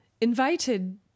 invited